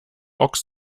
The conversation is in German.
ochs